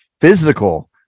physical